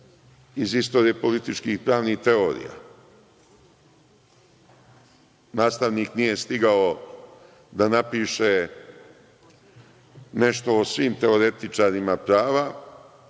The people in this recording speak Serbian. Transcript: iz istorije političkih pravnih teorija, nastavnik nije stigao da napiše nešto o svim teoretičarima prava,